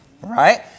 Right